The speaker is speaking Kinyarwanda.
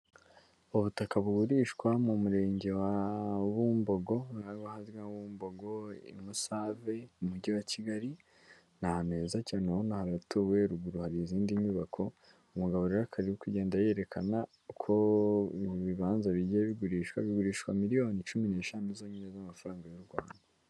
Ubutaka buburishwa mu Murenge wa Bumbogo naho hazwi nka Bumbogo i Musave mu Mujyi wa Kigali, ni ahantu heza cyane urabona haratuwe ruguru hari izindi nyubako, umugabo rero akaba ari kugenda yerekana ko ibibanza bigiye bigurishwa, bigurishwa miliyoni cumi n'eshanu zonyine z'amafaranga y'u Rwanda.